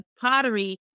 pottery